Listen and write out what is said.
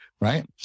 right